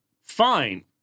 fine